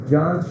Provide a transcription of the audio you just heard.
John